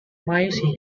miocene